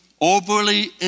overly